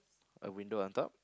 a window on top